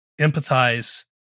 empathize